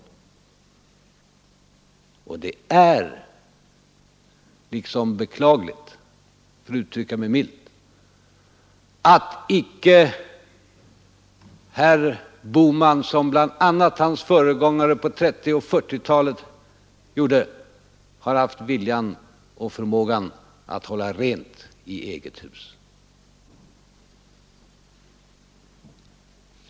Det är beklagligt — för att uttrycka mig milt — att icke herr Bohman liksom sina föregångare på 1930 och 1940-talen har haft viljan och förmågan att hålla rent i eget hus.